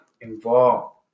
involved